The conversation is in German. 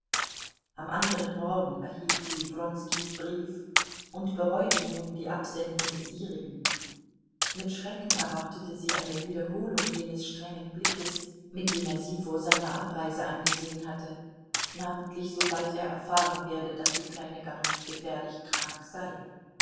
am anderen morgen erhielt sie wronskis brief und bereute nun die absendung des ihrigen mit schrecken erwartete sie eine wiederholung jenes strengen blickes mit dem er sie vor seiner abreise angesehen hatte namentlich sobald er erfahren werde daß die kleine gar nicht gefährlich krank sei